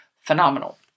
phenomenal